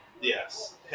Yes